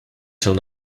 till